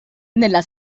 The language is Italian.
nella